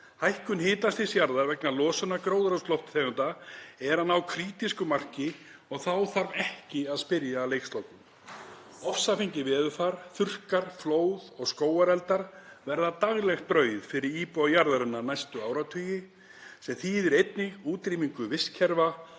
Hækkun hitastigs jarðar vegna losunar gróðurhúsalofttegunda er að ná krítísku marki og þá þarf ekki að spyrja að leikslokum. Ofsafengið veðurfar, þurrkar, flóð og skógareldar verða daglegt brauð fyrir íbúa jarðarinnar næstu áratugi sem þýðir einnig útrýmingu vistkerfa,